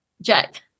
Jack